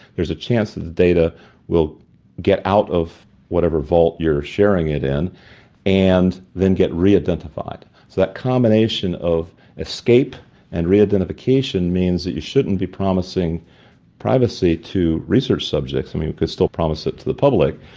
there's a chance that the data will get out of whatever vault you're sharing it in and then get re-identified. so that combination of escape and re-identification means that you shouldn't be promising privacy to research subjects. i mean, we could still promise it to the public,